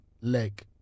leg